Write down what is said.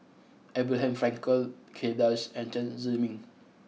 Abraham Frankel Kay Das and Chen Zhiming